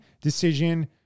decision